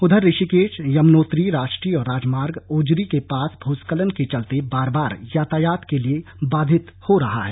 उधर ऋषिकेश यमुनोत्री राष्ट्रीय राजमार्ग ओजरी के पास भूस्खलन के चलते बार बार यातायात के लिए बाधित हो रहा है